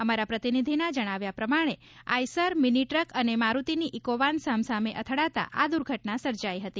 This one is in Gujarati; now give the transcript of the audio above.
અમારા પ્રતિનિધિના જણાવ્યા પ્રમાણે આઇશર મીની ટ્રક અને મારૂતિની ઇકોવાન સામસામે અથડાતાં આ દુર્ઘટના સર્જાઇ હતી